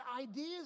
ideas